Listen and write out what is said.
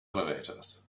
elevators